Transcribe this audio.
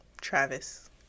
Travis